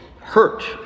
hurt